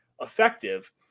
effective